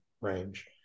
range